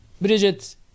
Bridget